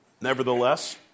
Nevertheless